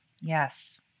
Yes